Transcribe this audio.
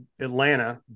Atlanta